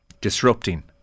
disrupting